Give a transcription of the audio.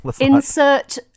insert